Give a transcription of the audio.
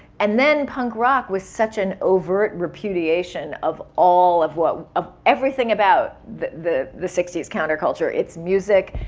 and then punk rock was such an overt repudiation of all of what, of everything about the the sixty s counter-culture. it's music.